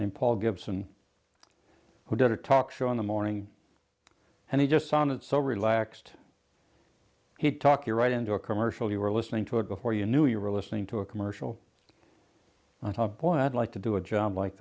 named paul gibson who did a talk show in the morning and he just sounded so relaxed he talking right into a commercial you were listening to it before you knew you were listening to a commercial and i thought boy i'd like to do a job like